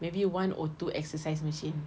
maybe one or two exercise machine